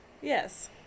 yes